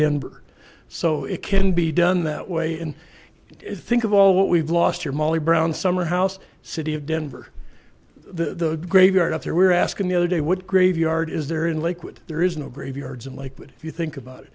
denver so it can be done that way and think of all what we've lost your molly brown summerhouse city of denver the graveyard up there we're asking the other day would graveyard is there in lakewood there is no graveyards and like that you think about it